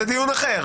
זה דיון אחר.